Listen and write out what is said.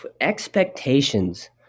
Expectations